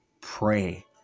pray